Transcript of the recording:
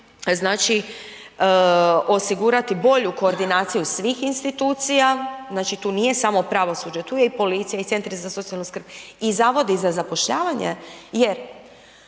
znači osigurati bolju koordinaciju svih institucija, znači tu nije samo pravosuđe, tu je i policija i centri za socijalnu skrb i zavodi za zapošljavanje. Jer